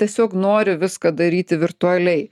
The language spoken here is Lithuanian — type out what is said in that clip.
tiesiog nori viską daryti virtualiai